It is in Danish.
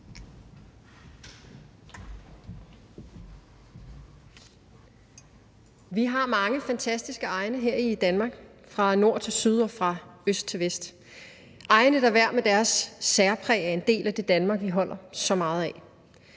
Vi har mange fantastiske egne her i Danmark fra nord til syd og fra øst til vest, egne, der hver med deres særpræg er en del af det Danmark, vi holder så meget af.